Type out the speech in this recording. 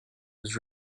was